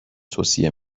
توصیه